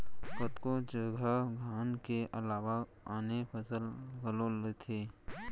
कतको जघा धान के अलावा आने फसल घलौ लेथें